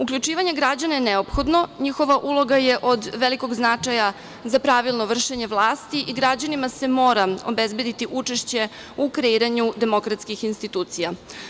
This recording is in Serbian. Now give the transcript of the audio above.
Uključivanje građana je neophodno, njihova uloga je od velikog značaja za pravilno vršenje vlasti, i građanima se mora obezbediti učešće u kreiranju demokratskih institucija.